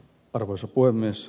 arvoisa puhemies